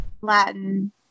Latin